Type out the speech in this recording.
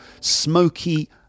smoky